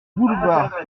boulevard